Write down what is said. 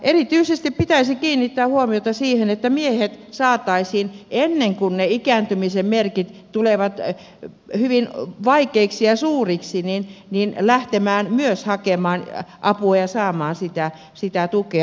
erityisesti pitäisi kiinnittää huomiota siihen että miehet saataisiin ennen kuin ne ikääntymisen merkit tulevat hyvin vaikeiksi ja suuriksi lähtemään myös hakemaan apua ja saamaan sitä tukea